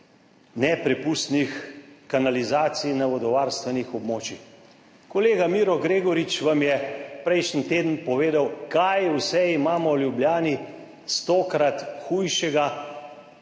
neprepustnih kanalizacij na vodovarstvenih območjih. Kolega Miro Gregorič vam je prejšnji teden povedal kaj vse imamo v Ljubljani 100-krat hujšega